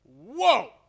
whoa